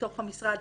בתוך המשרד,